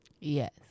Yes